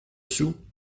sou